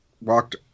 walked